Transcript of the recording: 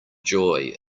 joy